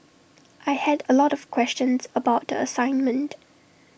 I had A lot of questions about the assignment